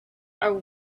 are